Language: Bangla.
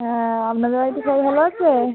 হ্যাঁ আপনাদের বাড়িতে সবাই ভালো আছে